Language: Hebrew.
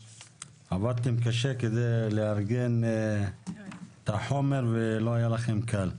עבדתם קשה כדי לארגן את החומר ולא היה לכם קל.